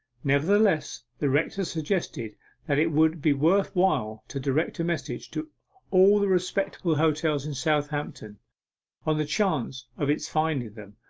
nevertheless, the rector suggested that it would be worth while to direct a message to all the respectable hotels in southampton on the chance of its finding them,